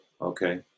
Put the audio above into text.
okay